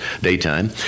daytime